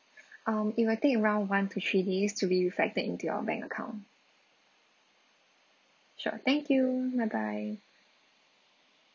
um it will take around one to three days to be reflected into your bank account sure thank you bye bye